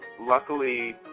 luckily